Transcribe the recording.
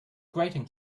grating